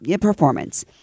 performance